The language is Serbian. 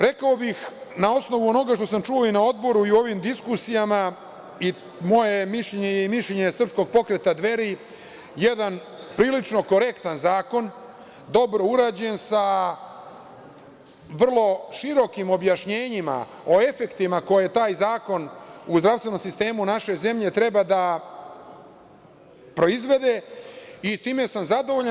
Rekao bih, na osnovu onoga što sam čuo i na Odboru i u ovim diskusijama, i moje je mišljenje i mišljenje srpskog pokreta Dveri, jedan prilično korektan zakon, dobro urađen sa vrlo širokim objašnjenjima o efektima koje taj zakon u zdravstvenom sistemu naše zemlje treba da proizvede, i time sam zadovoljan.